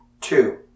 Two